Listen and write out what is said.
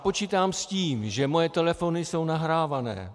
Počítám s tím, že moje telefony jsou nahrávány.